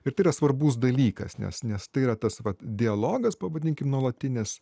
ir tai yra svarbus dalykas nes nes tai yra tas dialogas pavadinkim nuolatinis